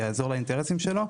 יעזור לאינטרסים שלו,